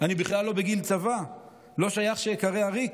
אני בכלל לא בגיל צבא, לא שייך שאיקרא עריק.